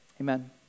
amen